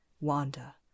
Wanda